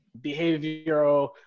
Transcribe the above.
behavioral